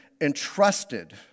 entrusted